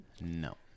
No